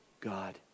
God